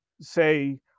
say